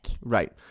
Right